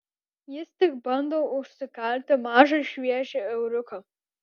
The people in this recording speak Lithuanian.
jis tik bando užsikalti mažą šviežią euriuką